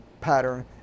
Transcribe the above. pattern